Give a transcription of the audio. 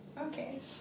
Okay